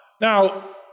Now